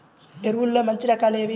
ఎరువుల్లో మంచి రకాలు ఏవి?